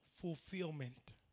fulfillment